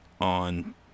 on